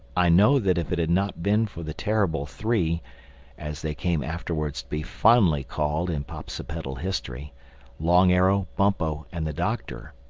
i know that if it had not been for the terrible three as they came afterwards to be fondly called in popsipetel history long arrow, bumpo and the doctor,